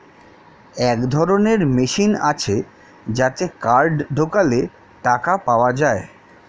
এক ধরনের মেশিন আছে যাতে কার্ড ঢোকালে টাকা পাওয়া যায়